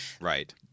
Right